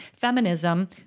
feminism